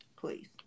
please